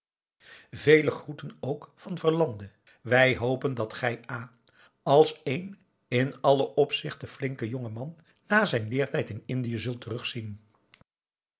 vele groeten ook van verlande wij hopen dat gij a als een in alle opzichten flink jonkman na zijn leertijd in indië zult terugzien